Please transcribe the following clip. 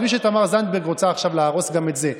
מלאך ה' הפך לשטן.